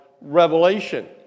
revelation